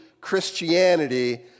Christianity